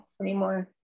anymore